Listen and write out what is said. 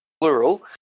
plural